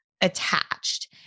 attached